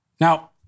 Now